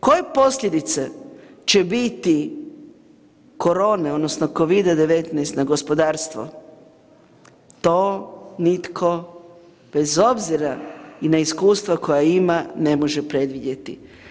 Koje posljedice će biti korone odnosno Covida-19 na gospodarstvo to nitko bez obzira i na iskustva koja ima ne može predvidjeti.